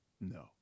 No